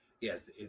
yes